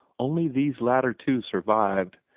only these latter two survived,